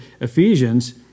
Ephesians